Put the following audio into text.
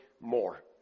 more